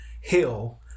hill